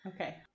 Okay